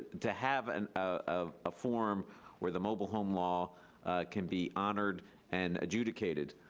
to have and ah a forum where the mobile home law can be honored and adjudicated.